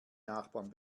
nachbarn